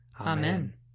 Amen